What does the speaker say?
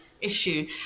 issue